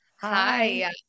Hi